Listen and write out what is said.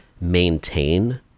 maintain